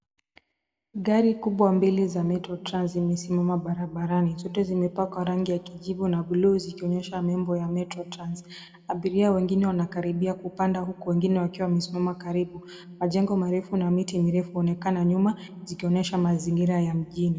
Gari kubwa mbili za (cs) Metro Trans (cs) zimesimama barabarani. Zote zimepakwa rangi ya kijivu na buluu zikionyesha nembo ya (cs) Metro Trans (cs). Abiria wengine wanakaribia kupanda, huku wengine wakiwa wamesimama karibu. Majengo marefu na miti mirefu huonekana nyuma, zikionyesha mazingira ya mjini.